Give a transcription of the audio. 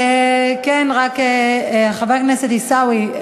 כן, רק, חבר הכנסת עיסאווי,